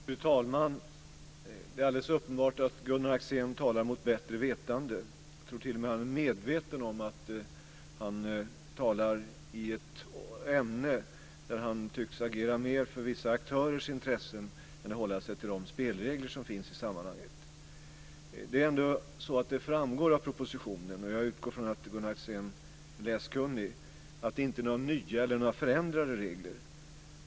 Fru talman! Det är alldeles uppenbart att Gunnar Axén talar mot bättre vetande. Jag tror t.o.m. att han är medveten om att han talar i ett ämne där han tycks agera mer för vissa aktörers intressen än hålla sig till de spelregler som finns i sammanhanget. Det framgår av propositionen - och jag utgår från att Gunnar Axén är läskunnig - att detta inte är några nya eller förändrade regler.